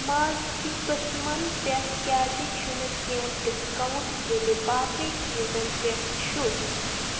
مازٕکی قٕسمن پٮ۪ٹھ کیٛازِ چھنہٕ کیںٛہہ ڈسکاونٹ ییٚلہِ باقٕے چیزن پٮ۪ٹھ چھ